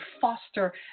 foster